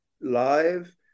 live